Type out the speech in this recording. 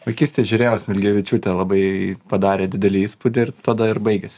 vaikystėj žiūrėjau smilgevičiūtę labai padarė didelį įspūdį ir tada ir baigėsi